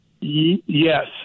Yes